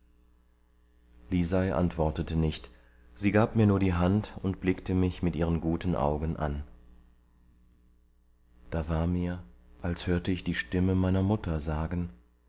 lisei antwortete nicht sie gab mir nur die hand und blickte mich mit ihren guten augen an da war mir als hörte ich die stimme meiner mutter sagen